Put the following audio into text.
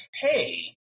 hey